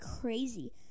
crazy